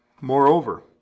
Moreover